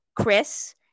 Chris